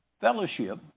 fellowship